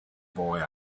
boy